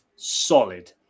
solid